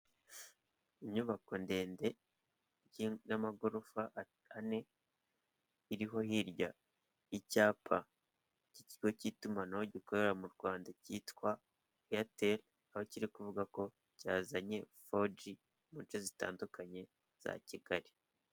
Inyubako ndende y'amagorofa ane iriho hirya icyapa ikigo cy'itumanaho gikorera mu Rwanda cyitwa eyateri aho kiri kuvuga ko cyazanye foji munshe zitandukanye za Kigali.